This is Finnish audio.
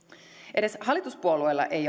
edes hallituspuolueilla ei